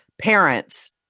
parents